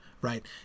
right